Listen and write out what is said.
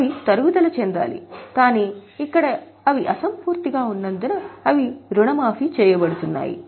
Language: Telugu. అవి తరుగుదల చెందాలి కాని ఇక్కడ అవి అసంపూర్తిగా ఉన్నందున అవి రుణమాఫీ చేయబడుతున్నాయి